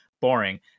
boring